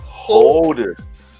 holders